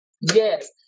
Yes